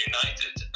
United